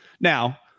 Now